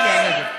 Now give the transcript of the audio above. יצביע נגד.